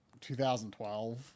2012